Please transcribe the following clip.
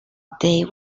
they